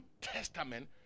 Testament